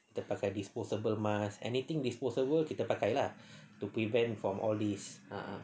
kita pakai disposable mask anything disposable kita pakai lah to prevent from all these ah